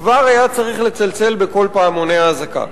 כבר היה צריך לצלצל בקול פעמוני אזעקה.